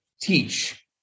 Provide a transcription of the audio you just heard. teach